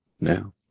now